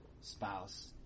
spouse